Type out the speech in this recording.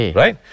right